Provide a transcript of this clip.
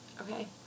Okay